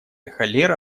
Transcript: холера